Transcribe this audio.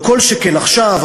כל שכן עכשיו,